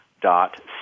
dot